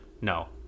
no